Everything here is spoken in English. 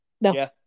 No